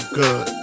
good